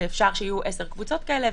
ואפשר שיהיו עשר קבוצות כאלו.